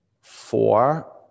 four